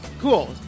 Cool